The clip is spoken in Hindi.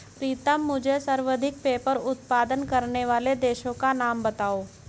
प्रीतम मुझे सर्वाधिक पेपर उत्पादन करने वाले देशों का नाम बताओ?